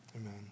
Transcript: Amen